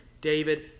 David